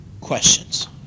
Questions